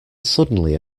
suddenly